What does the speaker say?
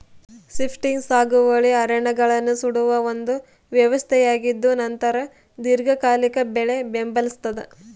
shifting ಸಾಗುವಳಿ ಅರಣ್ಯಗಳನ್ನು ಸುಡುವ ಒಂದು ವ್ಯವಸ್ಥೆಯಾಗಿದ್ದುನಂತರ ದೀರ್ಘಕಾಲಿಕ ಬೆಳೆ ಬೆಂಬಲಿಸ್ತಾದ